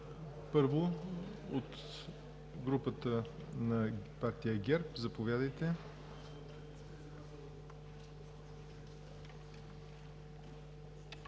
Първо, групата на партия ГЕРБ. Заповядайте,